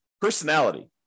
personality